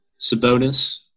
Sabonis